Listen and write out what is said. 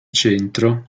centro